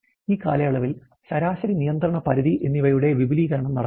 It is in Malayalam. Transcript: ഈ കാലയളവിൽ ശരാശരി നിയന്ത്രണ പരിധി എന്നിവയുടെ വിപുലീകരണം നടക്കുന്നു